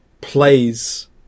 plays